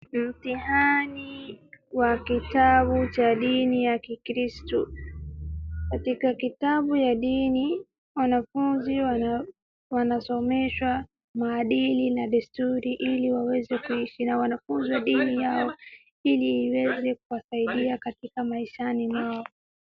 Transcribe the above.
Mtihani wa kitabu cha dini ya Kikristo. Katika kitabu ya dini wanafunzi wanasomeshwa maadili na desturi ili waweze kuishi na wanafunzi wa dini yao ili iweze kuwasaidia katika maishani mwao.